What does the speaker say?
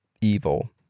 evil